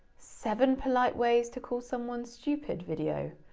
seven polite ways to call someone stupid video,